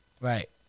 right